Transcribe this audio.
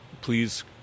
please